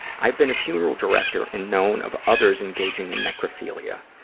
i've been a funeral director and known of others engaging in necrophilia.